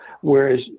whereas